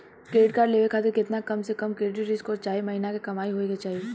Credit card लेवे खातिर केतना कम से कम क्रेडिट स्कोर चाहे महीना के कमाई होए के चाही?